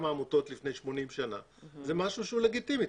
העמותות לפני 80 שנה זה משהו שהוא לגיטימי,